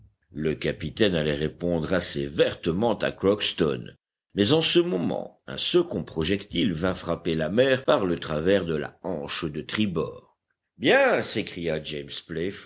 le capitaine allait répondre assez vertement à crockston mais en ce moment un second projectile vint frapper la mer par le travers de la hanche de tribord bien s'écria james